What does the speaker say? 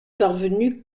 parvenue